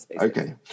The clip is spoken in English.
okay